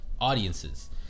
audiences